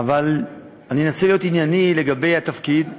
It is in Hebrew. אני אנסה להיות ענייני לגבי התפקיד.